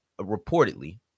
reportedly